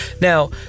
Now